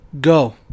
Go